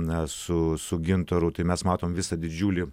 na su su gintaru tai mes matom visą didžiulį